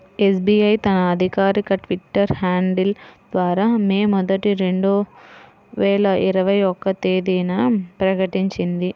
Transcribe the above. SBI తన అధికారిక Twitter handle ద్వారా మే మొదటి, రెండు వేల ఇరవై ఒక్క తేదీన ప్రకటించింది